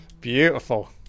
beautiful